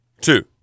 Two